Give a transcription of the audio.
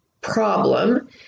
problem